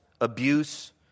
abuse